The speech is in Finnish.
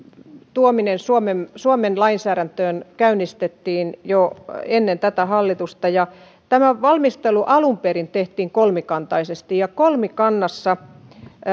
tuominen suomen suomen lainsäädäntöön käynnistettiin jo ennen tätä hallitusta ja tämän valmistelu alun perin tehtiin kolmikantaisesti ja kolmikannassa